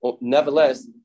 Nevertheless